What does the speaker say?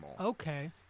Okay